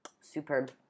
superb